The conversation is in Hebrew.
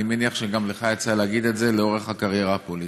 אני מניח שגם לך יצא להגיד את זה לאורך הקריירה הפוליטית.